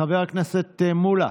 חבר הכנסת מולה,